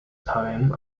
poem